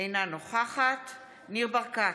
אינה נוכחת ניר ברקת,